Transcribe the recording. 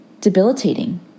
debilitating